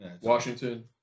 Washington